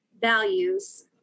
values